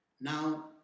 Now